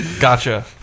Gotcha